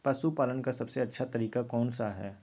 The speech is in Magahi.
पशु पालन का सबसे अच्छा तरीका कौन सा हैँ?